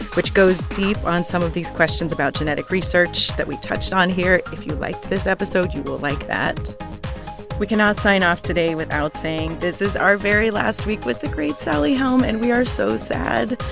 which goes deep on some of these questions about genetic research that we touched on here. if you liked this episode, you will like that we cannot sign off today without saying this is our very last week with the great sally helm, and we are so sad.